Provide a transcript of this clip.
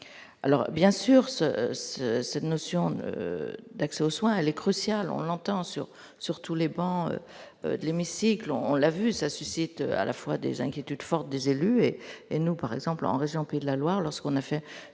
alors bien sûr ce ce cette notion d'accès aux soins, les cruciale on l'entend sur sur tous les bancs de l'hémicycle, on l'a vu, ça suscite à la fois des inquiétudes forte des élus et et nous par exemple en région Pays de la Loire, lorsqu'on a fait